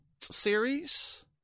series